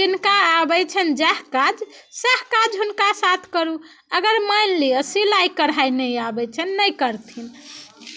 जिनका आबै छनि जएह काज सएह काज हुनका साथ करू अगर मानि लिअ सिलाइ कढ़ाइ नहि अबै छनि नहि करथिन